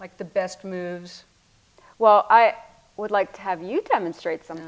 like the best moves well i would like to have you demonstrate some